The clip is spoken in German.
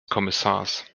kommissars